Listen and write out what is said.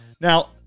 Now